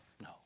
No